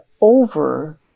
over